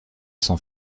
sont